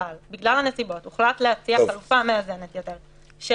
אבל בגלל הנסיבות הוחלט להציע חלופה מאזנת יותר,